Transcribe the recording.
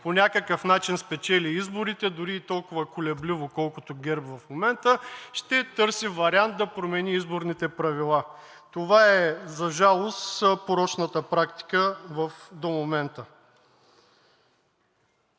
по някакъв начин спечели изборите, дори толкова колебливо, колко ГЕРБ в момента, ще търси вариант да промени изборните правила. Това е за жалост порочната практика до момента.